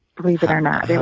believe it or not.